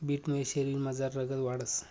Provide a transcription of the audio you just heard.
बीटमुये शरीरमझार रगत वाढंस